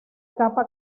capa